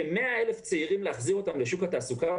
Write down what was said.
להחזיר כ-100,000 צעירים לשוק התעסוקה,